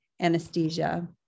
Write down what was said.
anesthesia